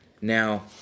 Now